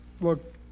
Look